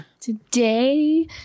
today